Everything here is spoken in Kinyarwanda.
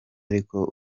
ariko